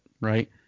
right